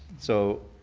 so